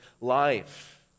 life